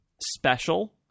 special